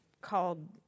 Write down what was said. called